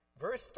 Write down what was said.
Verse